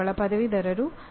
ಈ ಮಂಡಳಿಯು ಏನು ಮಾಡುತ್ತದೆ